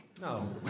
No